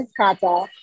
Kata